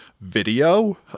video